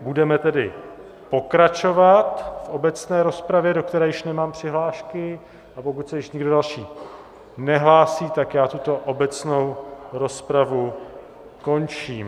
Budeme tedy pokračovat v obecné rozpravě, do které již nemám přihlášky, a pokud se již nikdo další nehlásí, tak já tuto obecnou rozpravu končím.